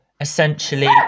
essentially